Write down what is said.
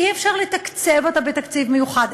אי-אפשר לתקצב אותה בתקציב מיוחד.